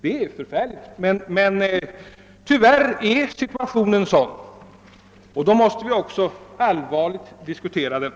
Det är förfärligt, men tyvärr är situationen sådan och då måste vi också allvarligt diskutera den.